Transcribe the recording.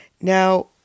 Now